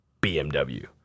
BMW